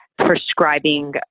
prescribing